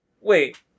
Wait